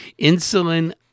insulin